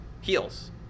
heels